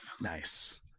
Nice